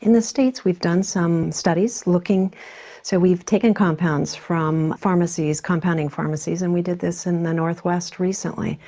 in the states we've done some studies looking so we've taken compounds from pharmacies, compounding pharmacies and we did this in the north west recently